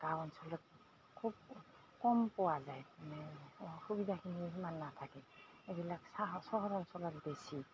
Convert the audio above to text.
গাঁও অঞ্চলত খুব কম পোৱা যায় মানে সুবিধাখিনি সিমান নাথাকে এইবিলাক চহৰ অঞ্চলত বেছি